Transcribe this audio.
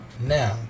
Now